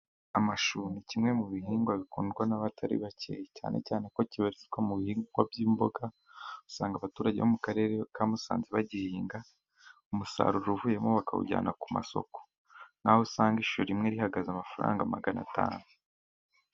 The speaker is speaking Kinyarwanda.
Amashu ni kimwe mu bihingwa bikundwa n'abantu batari bake, cyane cyane ko kibarizwa mu bihingwa by'imboga. Usanga abaturage bo mu karere ka Musanze bagihinga, umusaruro uvuyemo bakawujyana ku masoko, naho usanga ishu rimwe rihagaze amafaranga magana atanu.